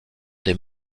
des